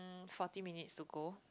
forty minutes to go